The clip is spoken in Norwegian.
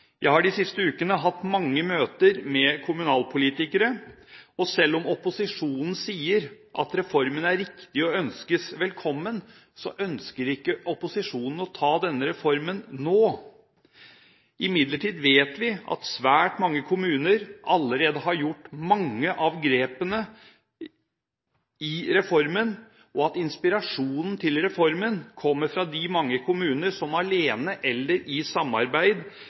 Jeg har de siste ukene hatt mange møter med kommunalpolitikere, og selv om opposisjonen sier at reformen er riktig og ønskes velkommen, ønsker ikke opposisjonen å ta denne reformen nå. Imidlertid vet vi at svært mange kommuner allerede har gjort mange av grepene i reformen, og at inspirasjonen til reformen kommer fra de mange kommunene som alene eller i samarbeid